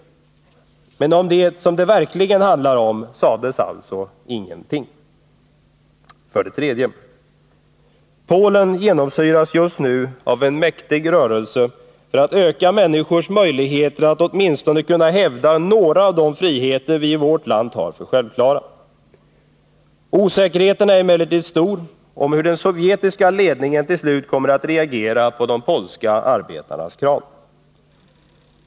Men om det som det verkligen handlar om sades alltså ingenting. För det tredje: Polen genomsyras just nu av en mäktig rörelse för att öka människors möjligheter att åtminstone kunna hävda några av de friheter som vi i vårt land anser självklara. Osäkerheten är emellertid stor om hur den sovjetiska ledningen till slut kommer att reagera på de polska arbetarnas krav.